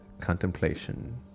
contemplation